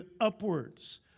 upwards